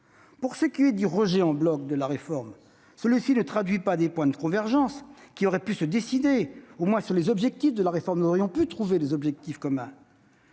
Pour ce qui est du rejet en bloc de la réforme, celui-ci ne traduit pas les points de convergence qui auraient pu se dessiner au moins sur les objectifs. Nous aurions pu trouver des objectifs communs.